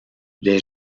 les